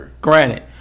Granted